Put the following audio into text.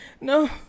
No